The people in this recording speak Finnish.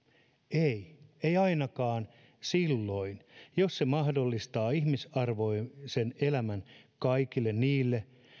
ei ei ainakaan silloin jos se mahdollistaa ihmisarvoisen elämän kaikille niille